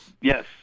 Yes